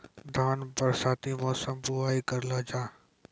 धान बरसाती मौसम बुवाई करलो जा?